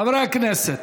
חברי הכנסת,